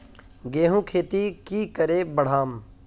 गेंहू खेती की करे बढ़ाम?